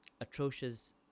atrocious